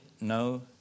no